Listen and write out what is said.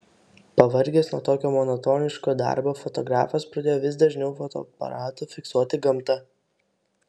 pavargęs nuo tokio monotoniško darbo fotografas pradėjo vis dažniau fotoaparatu fiksuoti gamtą